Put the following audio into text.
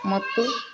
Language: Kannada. ಮತ್ತು